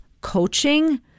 coaching